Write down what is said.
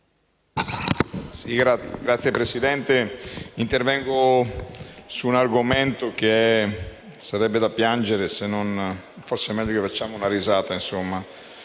Signor Presidente, intervengo su un argomento su cui ci sarebbe da piangere, ma forse è meglio che ci facciamo una risata.